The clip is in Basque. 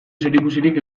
zerikusirik